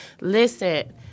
Listen